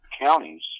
counties